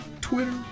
Twitter